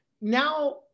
now